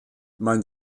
mein